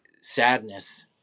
sadness